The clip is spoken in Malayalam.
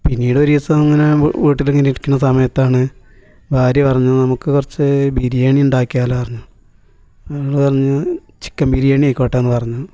പിന്നീട് ഒരു ദിവസം ഇങ്ങനെ വീട്ടില ഇങ്ങനെ ഇരിക്കുന്ന സമയത്താണ് ഭാര്യ പറഞ്ഞു നമുക്ക് കുറച്ചു ബിരിയാണി ഉണ്ടാക്കിയാലോ പറഞ്ഞു അവൾ പറഞ്ഞു ചിക്കൻ ബിരിയാണി ആയിക്കോട്ടെ എന്ന് പറഞ്ഞു